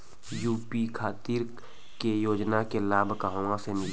UP खातिर के योजना के लाभ कहवा से मिली?